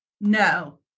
No